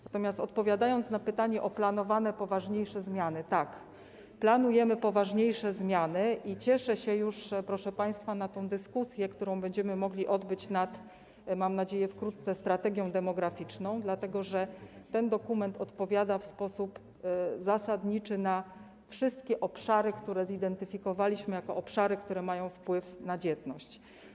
Natomiast odpowiadając na pytanie o planowanie poważniejsze zmiany, powiem: tak, planujemy poważniejsze zmiany i cieszę się już proszę państwa, na tę dyskusję, którą będziemy mogli odbyć nad - mam nadzieję, że wkrótce - strategią demograficzną, dlatego że ten dokument odpowiada w sposób zasadniczy na wszystkie obszary, które zidentyfikowaliśmy jako obszary, które mają wpływ na dzietność.